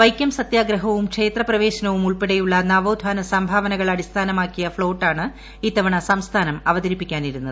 വൈക്കം സത്യാഗ്രഹവും ക്ഷേത്രപ്രവേശനവും ഉൾപ്പെടെയുള്ള നവോത്ഥാന സംഭാവനകൾ അടിസ്ഥാനമാക്കിയ ഫ്ളോട്ടാണ് ഇത്തവണ സംസ്ഥാനം അവതരിപ്പിക്കാനിരുന്നത്